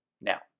now